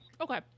okay